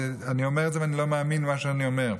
אני אומר את זה ואני לא מאמין מה אני אומר.